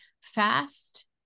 fast